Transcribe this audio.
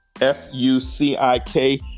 F-U-C-I-K